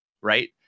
right